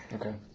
Okay